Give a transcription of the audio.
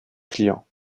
client